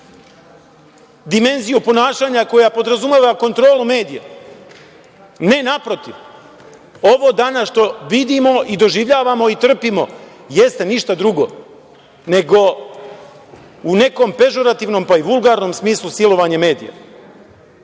dimenziju ponašanja koja podrazumeva kontrolu medija, ne naprotiv, ovo danas što vidimo, doživljavamo i trpimo, jeste ništa drugo, nego u nekom pežurativnom, pa i vulgarnom smislu silovanje medija. Ja